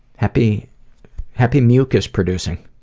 happy happy mucus producing.